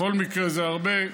בכל מקרה, זה הרבה.